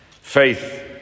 Faith